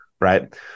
right